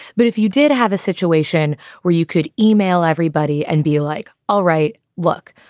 but if you did have a situation where you could email everybody and be like, all right, look,